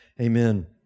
Amen